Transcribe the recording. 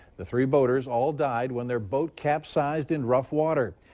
the three boaters all died, when their boat capsized in rough water.